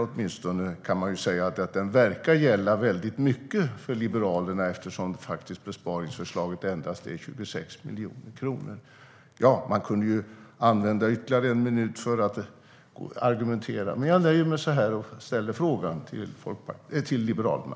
Åtminstone kan man säga att den verkar gälla väldigt mycket för Liberalerna eftersom besparingsförslaget är endast 26 miljoner kronor. Jag kunde kanske använda ytterligare en minut för att argumentera, men jag nöjer mig så här och ställer frågan till Liberalerna.